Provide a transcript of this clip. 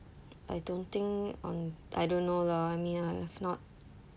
I don't think on I don't know lah I mean I have not